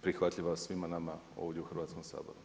prihvatljiva svima nama ovdje u Hrvatskom saboru.